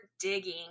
digging